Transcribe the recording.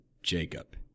Jacob